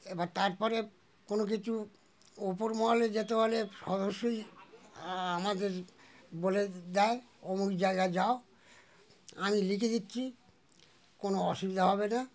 এবার তারপরে কোনো কিছু ওপর মহলে যেতে হলে সদস্যই আ আমাদের বলে দেয় অমুক জায়গা যাও আমি লিখে দিচ্ছি কোনো অসুবিধা হবে না